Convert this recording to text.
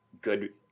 good